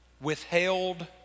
withheld